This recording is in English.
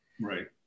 Right